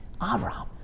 Avram